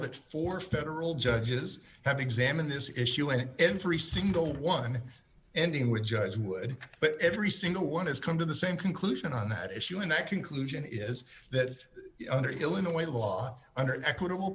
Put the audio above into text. that four federal judges have examined this issue in every single one ending with judge would but every single one has come to the same conclusion on that issue and that conclusion is that under illinois law under equitable